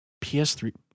PS3